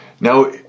Now